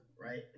Right